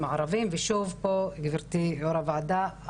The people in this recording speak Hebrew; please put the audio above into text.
הערביים ושוב פה גבירתי יושבת ראש הוועדה,